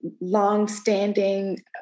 longstanding